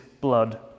blood